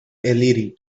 eliri